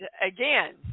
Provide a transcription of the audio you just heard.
again